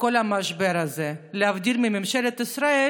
בכל המשבר הזה, להבדיל מממשלת ישראל,